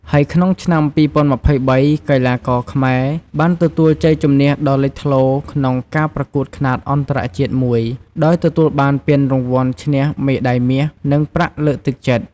ហើយនៅក្នុងឆ្នាំ ២០២៣ កីឡាករខ្មែរបានទទួលជ័យជំនះដ៏លេចធ្លោក្នុងការប្រកួតខ្នាតអន្តរជាតិមួយ ដោយទទួលបានពានរង្វាន់ឈ្នះមេដាយមាសនិងប្រាក់លើកទឹកចិត្ត។